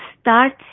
start